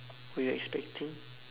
were you expecting